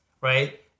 right